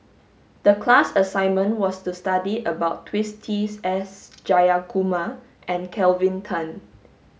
the class assignment was to study about Twisstii's S Jayakumar and Kelvin Tan